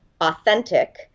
authentic